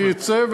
אני אצא,